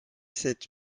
sept